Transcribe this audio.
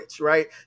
right